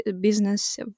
business